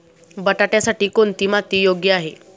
बटाट्यासाठी कोणती माती योग्य आहे?